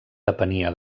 depenia